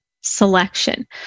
selection